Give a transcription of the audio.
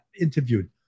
interviewed